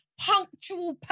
punctual